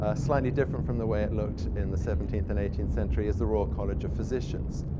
ah slightly different from the way it looked in the seventeenth and eighteenth centuries, is the royal college of physicians.